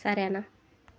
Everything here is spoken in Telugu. సరే అన్నా